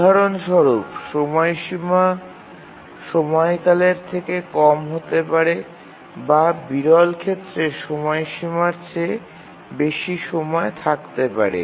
উদাহরণস্বরূপ সময়সীমা সময়কালের চেয়ে কম হতে পারে বা বিরল ক্ষেত্রে সময়সীমার চেয়ে বেশি সময় থাকতে পারে